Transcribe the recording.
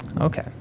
Okay